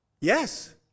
Yes